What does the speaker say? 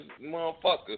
motherfucker